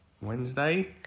Wednesday